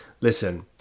Listen